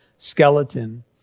skeleton